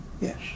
Yes